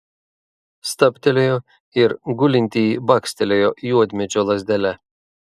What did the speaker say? stabtelėjo ir gulintįjį bakstelėjo juodmedžio lazdele